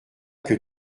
que